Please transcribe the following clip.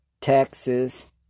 Texas